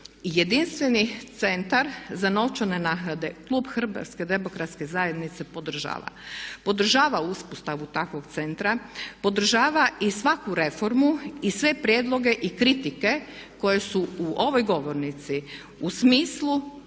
jedinstveni Centar za novčane naknade, klub HDZ-a to podržava. Podržava uspostavu takvog centra, podržava i svaku reformu i sve prijedloge i kritike koje su u ovoj govornici iznesene